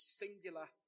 singular